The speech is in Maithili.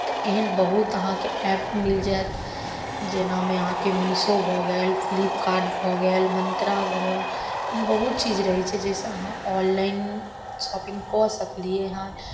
तऽ एहन बहुत अहाँके ऐप मिल जेतय जेनामे अहाँके मीशो भऽ गेल फ्लिपकार्ट भऽ गेल मन्त्रा भऽ गेल लेकिन बहुत चीज रहय छै जाहिसँ अहाँ ऑनलाइन शॉपिंग कऽ सकलिएह